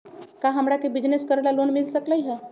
का हमरा के बिजनेस करेला लोन मिल सकलई ह?